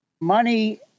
Money